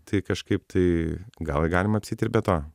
tai kažkaip tai gal ir galima apsieit ir be to